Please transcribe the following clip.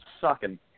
sucking